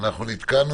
-- הזום נתקע.